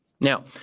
Now